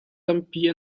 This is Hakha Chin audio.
tampi